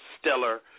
stellar